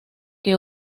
que